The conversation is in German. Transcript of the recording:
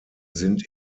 sind